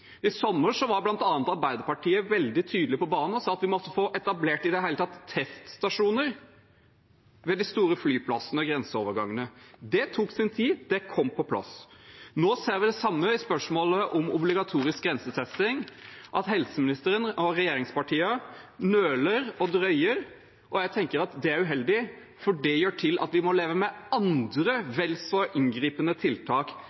I sommer var bl.a. Arbeiderpartiet veldig tydelig på banen og sa at vi måtte få etablert teststasjoner ved de store flyplassene og grenseovergangene. Det tok sin tid, men det kom på plass. Nå ser vi det samme i spørsmålet om obligatorisk grensetesting: Helseministeren og regjeringspartiene nøler og drøyer. Jeg tenker at det er uheldig, for det gjør at vi må leve med andre, vel så inngripende, tiltak